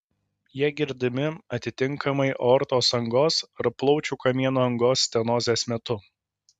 jie girdimi atitinkamai aortos angos ar plaučių kamieno angos stenozės metu